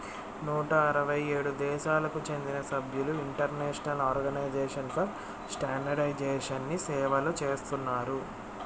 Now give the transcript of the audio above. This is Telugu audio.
నూట అరవై ఏడు దేశాలకు చెందిన సభ్యులు ఇంటర్నేషనల్ ఆర్గనైజేషన్ ఫర్ స్టాండర్డయిజేషన్ని సేవలు చేస్తున్నారు